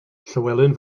llywelyn